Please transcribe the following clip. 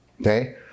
okay